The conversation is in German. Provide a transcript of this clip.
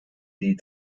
die